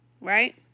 Right